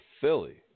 Philly